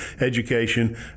education